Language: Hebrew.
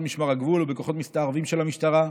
משמר הגבול ובכוחות מסתערבים של המשטרה.